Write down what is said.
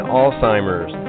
Alzheimer's